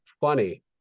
funny